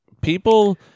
people